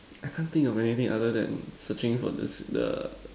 I can't think of anything other than searching for this the